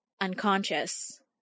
unconscious